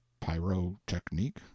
pyrotechnique